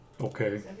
Okay